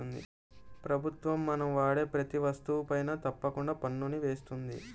ప్రభుత్వం మనం వాడే ప్రతీ వస్తువుపైనా తప్పకుండా పన్నుని వేస్తుంది